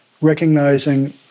recognizing